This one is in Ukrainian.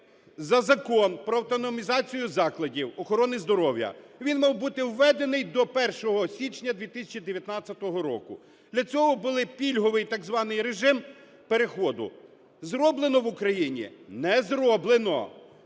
за Закон про автономізацію закладів охорони здоров'я. Він мав бути введений до 1 січня 2019 року. Для цього був пільговий так званий режим переходу. Зроблено в Україні? Не зроблено.